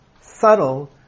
subtle